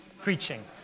preaching